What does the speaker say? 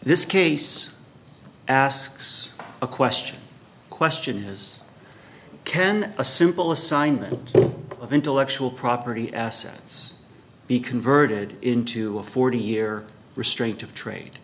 this case asks a question question is can a simple assignment of intellectual property assets be converted into a forty year restraint of trade